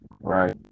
Right